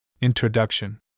Introduction